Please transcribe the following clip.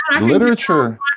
Literature